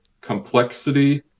complexity